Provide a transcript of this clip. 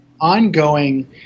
ongoing